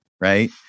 Right